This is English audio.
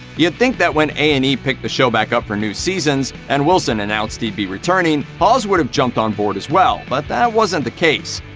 you'd think that when a and e picked the show back up for new seasons, and wilson announced he'd be returning, hawes would have jumped on board as well, but that wasn't the case.